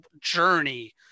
journey